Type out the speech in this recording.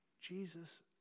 Jesus